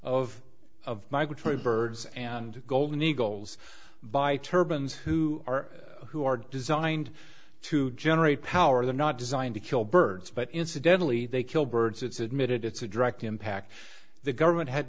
of of migratory birds and golden eagles by turbans who are who are designed to generate power they're not designed to kill birds but incidentally they kill birds it's admitted it's a direct impact the government had